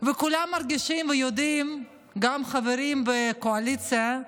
וכולם מרגישים ויודעים, גם חברים בקואליציה,